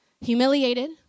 Humiliated